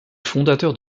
fondateur